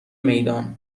میدان